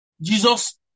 Jesus